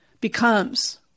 becomes